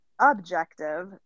objective